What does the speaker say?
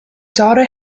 daughter